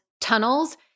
tunnels